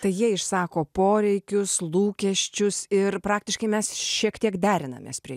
tai jie išsako poreikius lūkesčius ir praktiškai mes šiek tiek derinamės prie